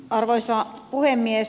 arvoisa puhemies